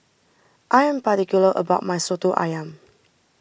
I am particular about my Soto Ayam